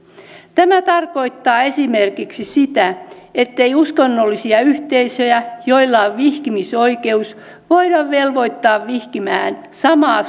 tämä tarkoittaa esimerkiksi sitä ettei uskonnollisia yhteisöjä joilla on vihkimisoikeus voida velvoittaa vihkimään samaa